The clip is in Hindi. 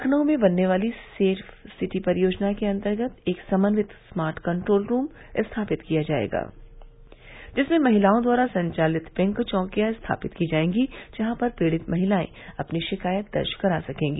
लखनऊ में बनने वाली सेफ सिटी परियोजना के अन्तर्गत एक समवित स्मार्ट कंट्रोल रूम स्थापित किया जायेगा जिसमें महिलाओं द्वारा संचालित पिंक चौकियां स्थापित की जायेगी जहां पर पीड़ित महिलाएं अपनी शिकायत दर्ज करा सकेंगी